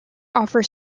offer